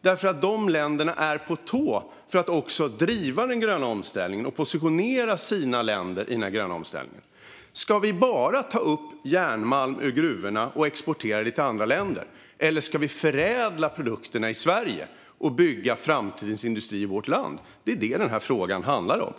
dessa länder är på tå för att driva den gröna omställningen och positionera sina länder i den. Ska vi bara ta upp järnmalm ur gruvorna och exportera den till andra länder? Eller ska vi förädla produkterna i Sverige och bygga framtidens industri i vårt land? Det är vad frågan handlar om.